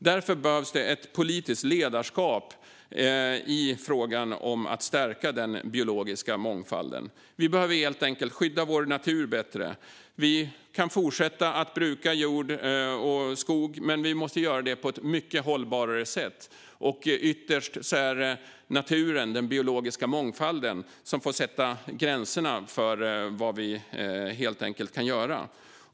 Därför behövs ett politiskt ledarskap i frågan om att stärka den biologiska mångfalden. Vi behöver helt enkelt skydda vår natur bättre. Vi kan fortsätta att bruka jord och skog, men vi måste göra det på ett mycket mer hållbart sätt. Ytterst är det naturen, den biologiska mångfalden, som får sätta gränserna för vad vi kan göra.